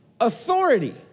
authority